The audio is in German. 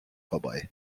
vorbei